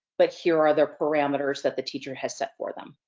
but here are the parameters that the teacher has set for them.